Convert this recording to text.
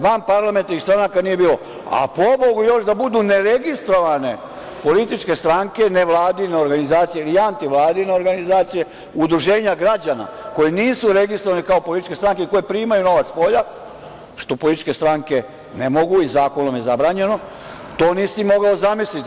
Vanparlamentarnih stranaka nije bilo, a pobogu, još da budu neregistrovane političke stranke, nevladine organizacije ili antivladine organizacije, udruženja građana koje nisu registrovane kao političke strane koje primaju novac spolja, što političke stranke ne mogu i zakonom je zabranjeno, to nisi mogao zamisliti.